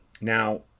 now